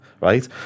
right